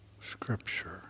scripture